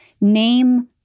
Name